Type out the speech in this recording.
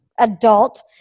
adult